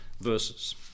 verses